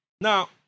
Now